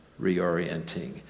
reorienting